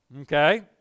okay